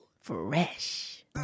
Fresh